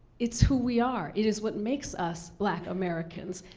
it's who we are. it is what makes us black americans.